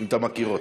אם אתה מכיר אותה.